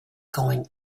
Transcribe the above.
going